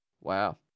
wow